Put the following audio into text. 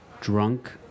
drunk